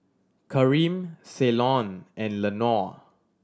Kareem Ceylon and Lenore